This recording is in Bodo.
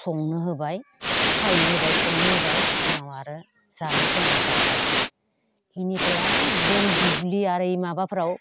संनो होबाय सायनो होबाय संनो होबाय उनाव आरो जानाय समाव जाबाय बेनिफ्राय एकदम दुब्लि आरो ओइ माबाफोराव